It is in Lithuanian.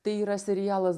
tai yra serialas